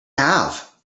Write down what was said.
have